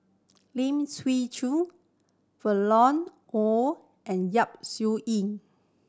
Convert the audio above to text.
Lim Chwee Chian Violet Oon and Yap Su Yin